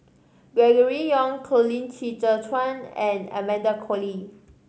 Gregory Yong Colin Qi Zhe Quan and Amanda Koe Lee